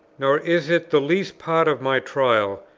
nor is it the least part of my trial,